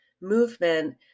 movement